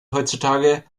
heutzutage